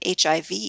HIV